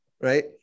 right